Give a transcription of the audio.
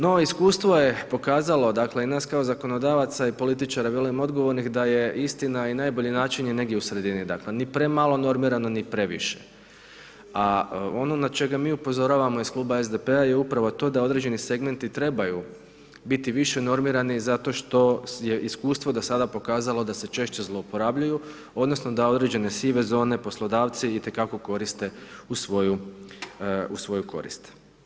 No iskustvo je pokazalo, dakle i nas kao zakonodavaca i političara velim odgovornih da je istina i najbolji način je negdje u sredini, dakle ni premalo normirano ni previše, a ono na čega mi upozoravamo je iz kluba SDP-a je upravo to da određeni segmenti trebaju biti više normirani zato što je iskustvo do sada pokazalo da se češće zlouporabljuju, odnosno da određene sive zone poslodavci i te kako koriste u svoju korist.